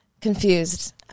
confused